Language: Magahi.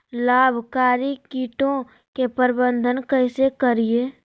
लाभकारी कीटों के प्रबंधन कैसे करीये?